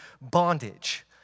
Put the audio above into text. bondage